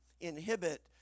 inhibit